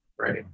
right